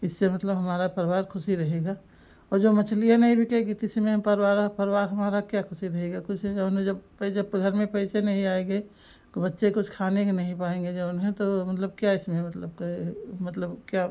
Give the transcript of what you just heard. इससे मतलब हमारा परिवार ख़ुशी रहेगा और जो मछलियाँ नहीं बिकेगी उतनी समय हं परिवारा परिवार हमारा क्या ख़ुशी रहेगा कुछ नहीं जऊन है जब जब घर में पैसे नहीं आएंगे तो बच्चे कुछ खाने के नहीं पाएँगे जऊन है तो मतलब क्या इसमें मतलब के मतलब क्या